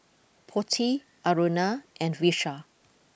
Potti Aruna and Vishal